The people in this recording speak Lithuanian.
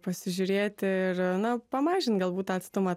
pasižiūrėti ir na pamažint galbūt tą atstumą